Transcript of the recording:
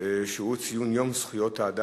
לסדר-היום.